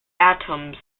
atoms